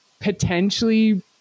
potentially